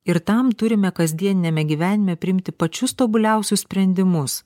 ir tam turime kasdieniniame gyvenime priimti pačius tobuliausius sprendimus